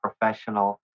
professional